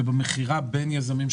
במכירה בין יזמים,